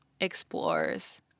explores